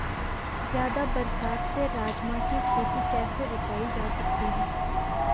ज़्यादा बरसात से राजमा की खेती कैसी बचायी जा सकती है?